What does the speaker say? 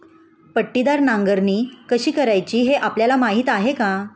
पट्टीदार नांगरणी कशी करायची हे आपल्याला माहीत आहे का?